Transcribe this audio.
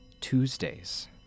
Tuesdays